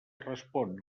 respon